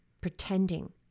pretending